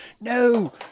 No